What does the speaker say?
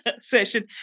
session